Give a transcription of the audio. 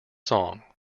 song